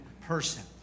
person